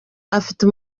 afite